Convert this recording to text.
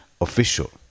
official